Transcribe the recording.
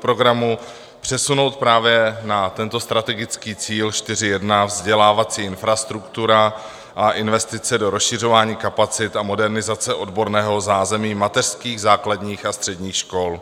programu přesunout právě na tento strategický cíl 4.1, Vzdělávací infrastruktura a investice do rozšiřování kapacit a modernizace odborného zázemí mateřských, základních a středních škol.